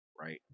right